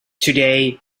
today